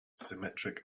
symmetric